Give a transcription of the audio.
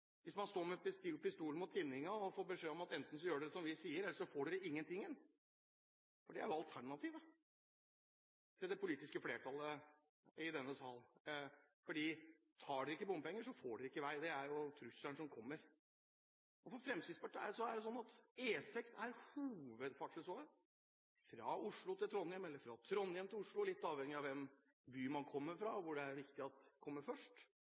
hvis man står med en pistol mot tinningen og får beskjed om at enten gjør dere som vi sier, eller så får dere ingenting. For alternativet til det politiske flertallet i denne salen er: Betaler dere ikke bompenger, får dere ikke vei. Det er trusselen som kommer. For Fremskrittspartiet er det slik at E6 er hovedferdselsåren fra Oslo til Trondheim eller fra Trondheim til Oslo, litt avhengig av hvilken by man kommer fra, og når det er viktig hva som kommer først.